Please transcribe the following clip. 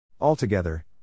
Altogether